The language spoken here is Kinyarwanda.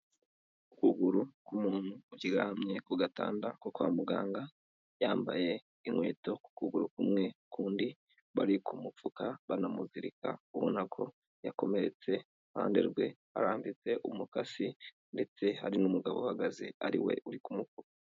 Ukuguru k'umuntu uryamye ku gatanda ko kwa muganga yambaye inkweto ku kuguru kumwe ukundi bari ku mupfuka banamuzirika ubona ko yakomeretse iruhande rwe harambitse umukasi ndetse hari n'umugabo uhagaze ari we uri kumupfuka.